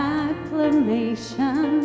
acclamation